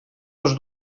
dels